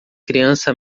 criança